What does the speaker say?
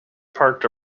parked